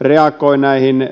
reagoivat